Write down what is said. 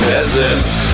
Peasants